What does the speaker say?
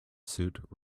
suit